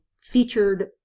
featured